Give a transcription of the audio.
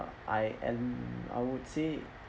I and I would say